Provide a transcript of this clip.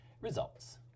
Results